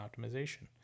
optimization